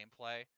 gameplay